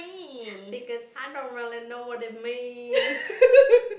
because I don't really know what it mean